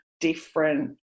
different